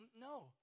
no